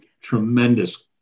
tremendous